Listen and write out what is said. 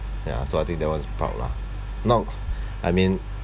ya so I think that was proud lah not I mean